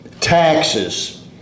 taxes